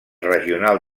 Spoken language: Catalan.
regional